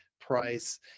price